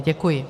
Děkuji.